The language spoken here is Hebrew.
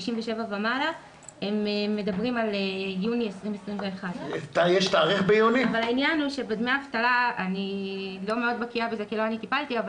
ה-67 ומעלה - מדברים על יוני 2021. אני לא מאוד בקיאה בדמי אבטלה אבל